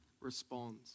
responds